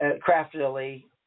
craftily